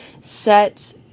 set